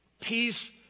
Peace